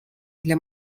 для